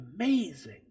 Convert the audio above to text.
amazing